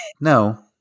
no